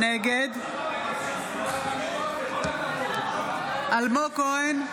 נגד אלמוג כהן,